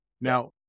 Now